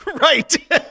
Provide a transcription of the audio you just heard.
Right